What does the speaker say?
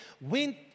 went